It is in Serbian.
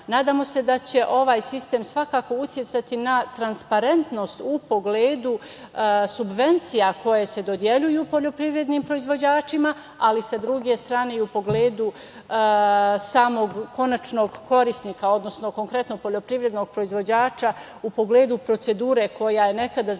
nadamo se da će ovaj sistem svakako uticati na transparentnost, u pogledu subvencija koje se dodeljuju poljoprivrednim proizvođačima, ali sa druge strane i u pogledu samog konačnog korisnika, odnosno konkretno poljoprivrednog proizvođača, u pogledu procedure, koja je nekada znala